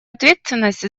ответственность